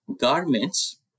garments